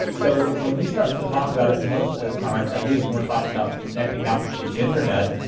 so when we start to talk about it, most of the time, at least when we're talking about connecting out to the internet,